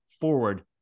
forward